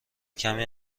کمی